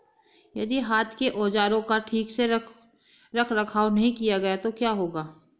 यदि हाथ के औजारों का ठीक से रखरखाव नहीं किया गया तो क्या होगा?